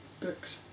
books